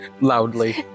Loudly